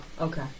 Okay